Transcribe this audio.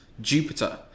Jupiter